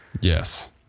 Yes